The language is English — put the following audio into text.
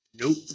Nope